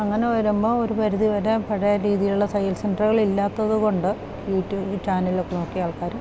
അങ്ങനെ വരുമ്പോൾ ഒരു പരിധി വരെ പഴയ രീതിയിലുള്ള തയ്യൽ സെൻ്ററുകൾ ഇല്ലാത്തത് കൊണ്ട് യൂട്യൂബ് ചാനലൊക്കെ നോക്കിയ ആൾക്കാർ